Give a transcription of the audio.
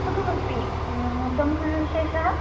सुखमस्ति त्वं कः विशेषः